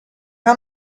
how